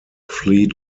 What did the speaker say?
fleet